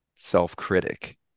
self-critic